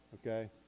okay